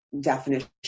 definition